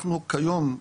אנחנו כיום,